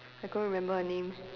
I couldn't remember her name